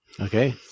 Okay